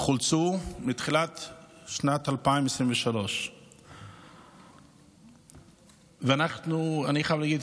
וחולצו מתחילת שנת 2023. אני חייב להגיד,